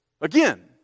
Again